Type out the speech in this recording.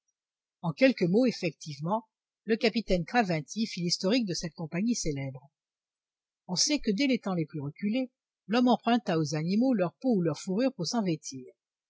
en quelques mots effectivement le capitaine craventy fit l'historique de cette compagnie célèbre on sait que dès les temps les plus reculés l'homme emprunta aux animaux leur peau ou leur fourrure pour